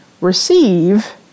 receive